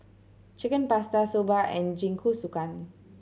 Chicken Pasta Soba and Jingisukan